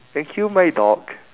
and kill my dog